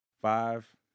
five